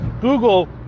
Google